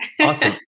Awesome